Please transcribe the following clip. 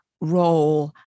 role